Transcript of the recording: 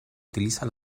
utiliza